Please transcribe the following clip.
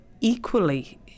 equally